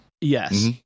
Yes